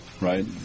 right